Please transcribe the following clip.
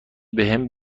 بهم